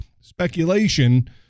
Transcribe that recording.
speculation